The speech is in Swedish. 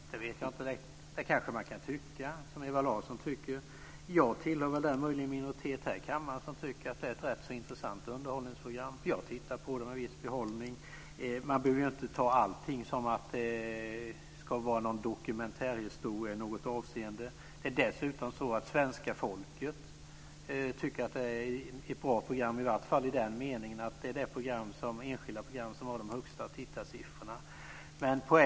Fru talman! Det vet jag inte direkt. Det kanske man kan tycka, och Ewa Larsson tycker visst det. Jag tillhör den möjliga minoritet här i kammaren som tycker att det är ett rätt så intressant underhållsprogram. Jag tittar på det med viss behållning. Man behöver ju inte ta allting som om det skulle vara någon dokumentärhistoria i något avseende. Dessutom tycker svenska folket att detta är ett bra program, i varje fall i den meningen att det är det enskilda program som har de högsta tittarsiffrorna.